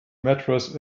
mattress